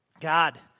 God